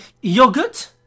yogurt